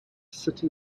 city